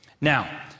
Now